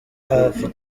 hafi